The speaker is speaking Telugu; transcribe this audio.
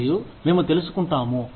మరియు మేము తెలుసుకుంటాము